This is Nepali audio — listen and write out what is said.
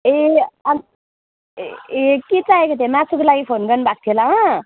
ए अनि ए के चाहिएको थियो मासुको लागि फोन गर्नु भएको थियो होला अँ